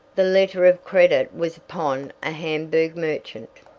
the letter of credit was upon a hamburgh merchant,